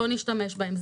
בואו נשתמש בהם.